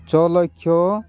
ଛଅ ଲକ୍ଷ